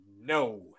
No